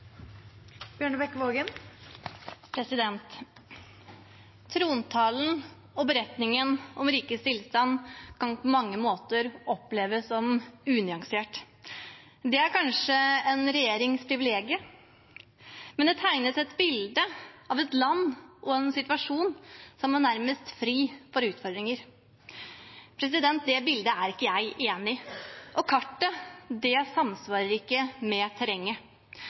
Trontalen og beretningen om rikets tilstand kan på mange måter oppleves som unyanserte. Det er kanskje en regjerings privilegium, men det tegnes et bilde av et land og en situasjon som er nærmest fri for utfordringer. Det bildet er ikke jeg enig i, og kartet samsvarer ikke med terrenget.